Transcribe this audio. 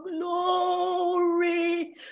glory